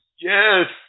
Yes